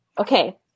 Okay